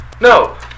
No